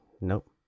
Nope